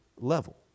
Level